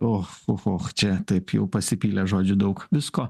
o oho čia taip jau pasipylė žodžių daug visko